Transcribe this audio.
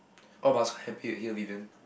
orh but I was so happy you are here Vivian